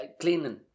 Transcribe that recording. cleaning